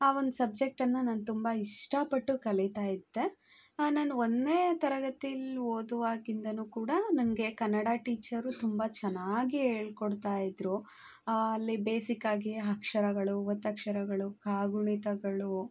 ಆ ಒಂದು ಸಬ್ಜೆಕ್ಟನ್ನು ನಾನು ತುಂಬ ಇಷ್ಟ ಪಟ್ಟು ಕಲಿತಾ ಇದ್ಧೆ ನಾನು ಒಂದನೇ ತರಗತಿಯಲ್ಲಿ ಓದುವಾಗಿಂದಲೂ ಕೂಡ ನನಗೆ ಕನ್ನಡ ಟೀಚರು ತುಂಬ ಚೆನ್ನಾಗಿ ಹೇಳಿಕೊಡ್ತಾ ಇದ್ದರು ಅಲ್ಲಿ ಬೇಸಿಕ್ ಆಗಿ ಅಕ್ಷರಗಳು ಒತ್ತಕ್ಷರಗಳು ಕಾಗುಣಿತಗಳು